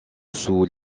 sous